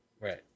Right